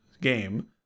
game